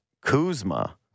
Kuzma